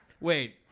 Wait